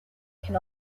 can